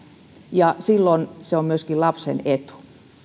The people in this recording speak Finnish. ja silloin se on myöskin lapsen etu